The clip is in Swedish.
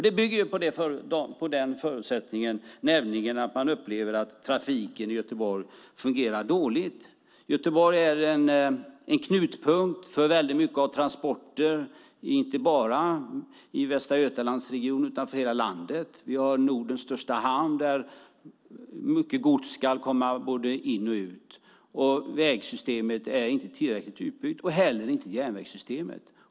Det bygger på förutsättningen att man upplever att trafiken i Göteborg fungerar dåligt. Göteborg är en knutpunkt för mycket av transporter, inte bara i Västra Götalandsregionen utan för hela landet. Vi har Nordens största hamn där mycket gods ska komma både in och ut. Vägsystemet är inte tillräckligt utbyggt, och inte heller järnvägssystemet.